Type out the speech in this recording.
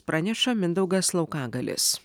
praneša mindaugas laukagalis